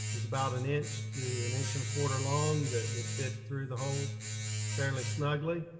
is about an inch to an inch and a quarter long that would fit through the hole fairly snugly.